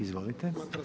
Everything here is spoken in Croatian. Izvolite.